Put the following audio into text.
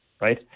right